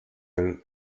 and